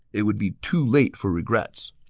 it would be too late for regrets!